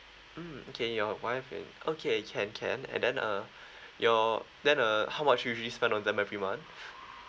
mm okay your wife and okay can can and then uh your then err how much usually spend on them every month